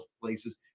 places